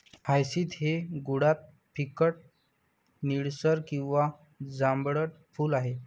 hyacinth हे मुळात फिकट निळसर किंवा जांभळट फूल आहे